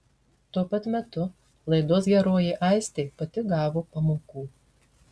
tuo pat metu laidos herojė aistė pati gavo pamokų